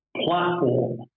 platform